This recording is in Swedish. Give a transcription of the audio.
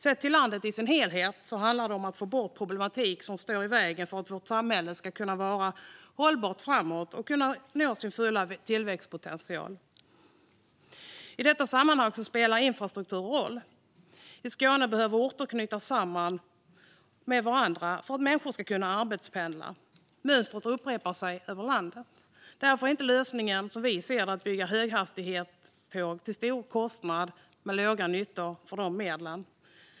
Sett till landet i sin helhet handlar det om att få bort problematik som står i vägen för att vårt samhälle ska bli hållbart och kunna nå sin fulla tillväxtpotential. I detta sammanhang spelar infrastruktur en stor roll. I Skåne behöver orter knytas samman med varandra för att människor ska kunna arbetspendla, och det mönstret upprepar sig över landet. Därför är lösningen som vi ser det inte att bygga höghastighetståg till stora kostnader med låg nytta för de medlen.